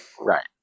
right